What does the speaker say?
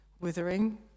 withering